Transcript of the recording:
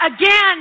again